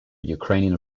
ukrainian